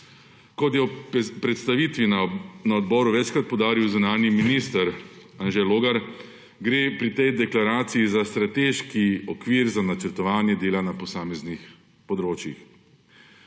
Kot je ob predstavitvi na odboru večkrat poudaril zunanji minister Anže Logar, gre pri tej deklaraciji za strateški okvir za načrtovanje dela na posameznih področjih.